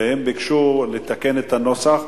והם ביקשו לתקן את הנוסח,